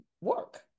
work